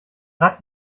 rad